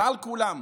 ועל כולם,